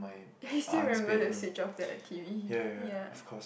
you still remember to switch off that T_V ya